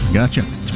Gotcha